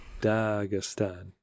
Dagestan